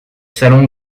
salon